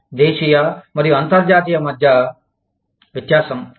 దేశీయ మరియు అంతర్జాతీయ మధ్య వ్యత్యాసం ఇది